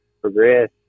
progress